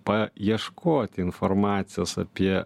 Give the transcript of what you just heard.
paieškoti informacijos apie